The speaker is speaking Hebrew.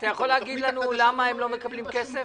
אתה יכול להגיד לנו למה הם לא מקבלים כסף?